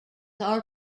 are